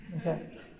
okay